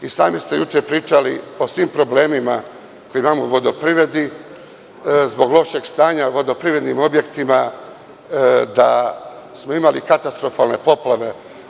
I sami ste juče pričali o svim problemima koje imamo u vodoprivredi zbog lošeg stanja u vodoprivrednim objektima, da smo imali katastrofalne poplave.